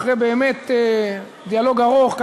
אחרי דיאלוג ארוך באמת,